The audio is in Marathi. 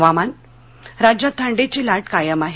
हवामान राज्यात थंडीची लाट कायम आहे